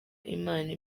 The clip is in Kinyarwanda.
imana